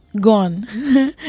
gone